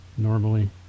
normally